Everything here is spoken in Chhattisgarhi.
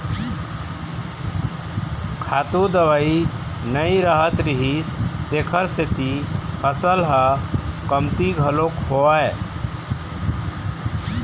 खातू दवई नइ रहत रिहिस तेखर सेती फसल ह कमती घलोक होवय